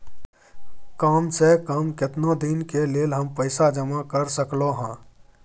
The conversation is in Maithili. काम से कम केतना दिन के लेल हम पैसा जमा कर सकलौं हैं?